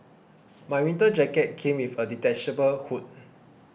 my winter jacket came with a detachable hood